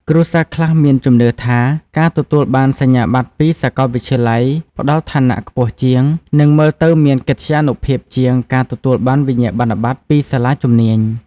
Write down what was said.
គ្រួសារខ្លះមានជំនឿថា ការទទួលបានសញ្ញាបត្រពីសាកលវិទ្យាល័យផ្តល់ឋានៈខ្ពស់ជាង និងមើលទៅមានកិត្យានុភាពជាងការទទួលបានវិញ្ញាបនបត្រពីសាលាជំនាញ។